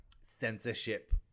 censorship